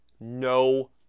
no